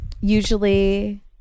Usually